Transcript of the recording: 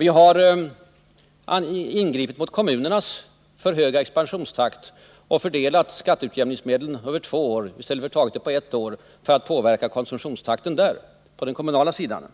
Vi har ingripit mot kommunernas för höga expansionstakt och fördelat skatteutjämningsmedlen över två år i stället för att ta dem på ett år för att påverka konsumtionstakten på den kommunala sidan.